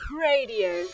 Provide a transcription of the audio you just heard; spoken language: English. Radio